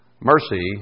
Mercy